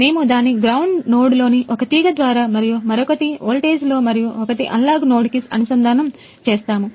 మేము దానిని గ్రౌండ్ నోడ్లోని ఒక తీగ ద్వారా మరియు మరొకటి వోల్టేజ్లో మరియు ఒకటి అనలాగ్ నోడ్ కి అనుసంధానం చేస్తాము